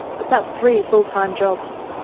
but that's three full-time jobs.